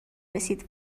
رسید